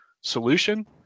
solution